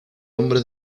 hombre